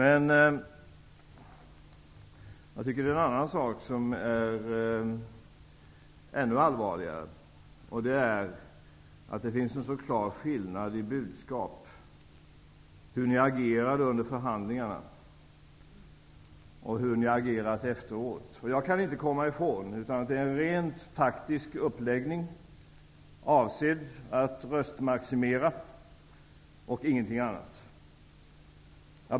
En annan sak, som är ännu allvarligare, är att det finns en så klar skillnad i budskap -- med avseende på hur ni agerade under förhandlingarna och hur ni agerat efteråt. Jag kan inte komma bort från tanken att det är en rent taktisk uppläggning avsedd att röstmaximera och ingenting annat.